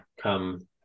come